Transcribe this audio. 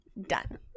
Done